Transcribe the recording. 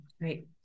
Great